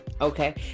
Okay